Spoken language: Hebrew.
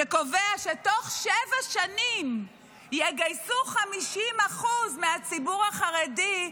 שקובע שבתוך שבע שנים יגייסו 50% מהציבור החרדי,